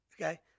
okay